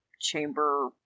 chamber